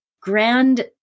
grand